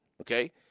okay